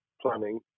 planning